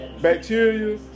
bacteria